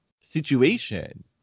situation